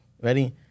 ready